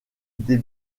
des